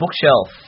Bookshelf